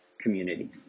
community